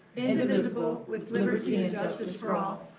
indivisible, with liberty and justice for all.